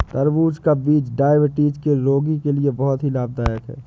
तरबूज का बीज डायबिटीज के रोगी के लिए बहुत ही लाभदायक है